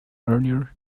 earlier